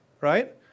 right